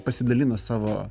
pasidalino savo